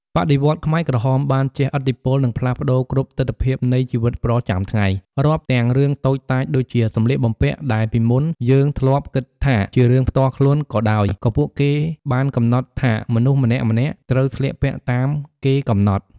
បដិវត្តន៍របស់ខ្មែរក្រហមបានជះឥទ្ធិពល និងផ្លាស់ប្ដូរគ្រប់ទិដ្ឋភាពនៃជីវិតប្រចាំថ្ងៃ រាប់ទាំងរឿងតូចតាចដូចជា សម្លៀកបំពាក់ ដែលពីមុនយើងធ្លាប់គិតថាជារឿងផ្ទាល់ខ្លួនក៏ដោយ គឺពួកគេបានកំណត់ថាមនុស្សម្នាក់ៗ ត្រូវស្លៀកពាក់តាមគេកំណត់។